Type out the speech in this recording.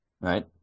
Right